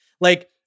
Like-